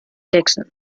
dixon